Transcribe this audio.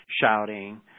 shouting